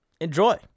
enjoy